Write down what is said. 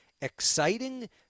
exciting